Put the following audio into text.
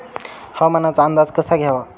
हवामानाचा अंदाज कसा घ्यावा?